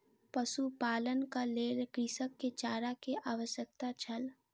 पशुपालनक लेल कृषक के चारा के आवश्यकता छल